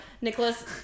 Nicholas